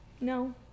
No